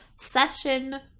Session